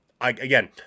again